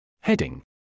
Heading